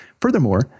Furthermore